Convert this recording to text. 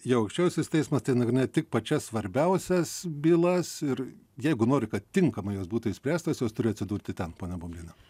jau aukščiausias teismas tai nagrinėja tik pačias svarbiausias bylas ir jeigu nori kad tinkamai jos būtų išspręstos jos turi atsidurti ten ponia bubliene